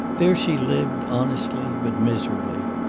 there she lived honestly but miserably.